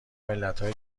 ملتهای